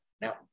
Now